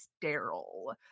sterile